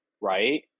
right